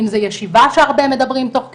אם זו ישיבה שהרבה מדברים תוך כדי.